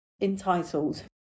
entitled